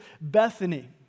Bethany